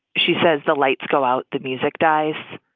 she says, the lights go out. the music dies.